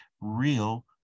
real